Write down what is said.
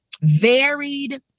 varied